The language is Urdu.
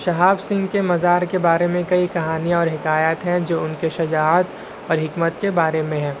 شہاب سنگھ کے مزار کے بارے میں کئی کہانیاں اور حکایات ہیں جو ان کے شجاعت اور حکمت کے بارے میں ہیں